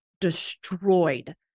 destroyed